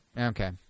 Okay